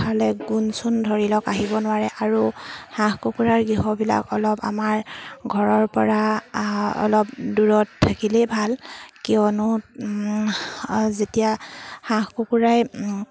গোন্ধ চোন ধৰি লওক আহিব নোৱাৰে আৰু হাঁহ কুকুৰাৰ গৃহবিলাক অলপ আমাৰ ঘৰৰপৰা অলপ দূৰত থাকিলেই ভাল কিয়নো যেতিয়া হাঁহ কুকুৰাই